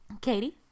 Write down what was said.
Katie